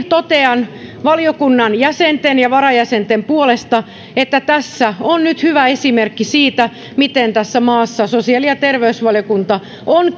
totean valiokunnan jäsenten ja varajäsenten puolesta että tässä on nyt hyvä esimerkki siitä miten tässä maassa sosiaali ja terveysvaliokunta on